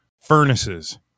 furnaces